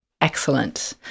Excellent